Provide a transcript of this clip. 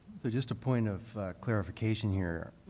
so just a point of clarification here.